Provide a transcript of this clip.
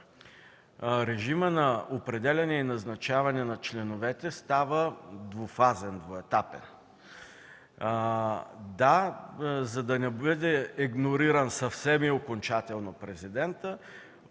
режимът на определяне и назначаване на членовете става двуфазен, двуетапен. За да не бъде игнориран съвсем и окончателно Президентът,